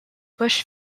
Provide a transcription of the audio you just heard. bush